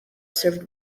served